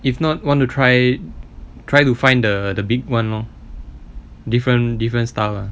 if not want to try try to find the the big [one] lor different different style lah